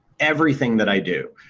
everything that i do.